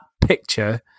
picture